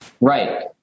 Right